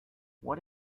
what